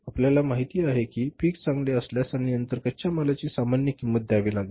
आपल्याला माहित आहे की पीक चांगले असल्यास आणि नंतर कच्च्या मालाची सामान्य किंमत द्यावी लागेल